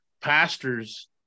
pastors